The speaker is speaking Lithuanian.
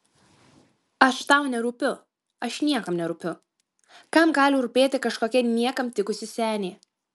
aš tau nerūpiu aš niekam nerūpiu kam gali rūpėti kažkokia niekam tikusi senė